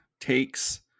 takes